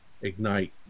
ignite